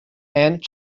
and